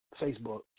Facebook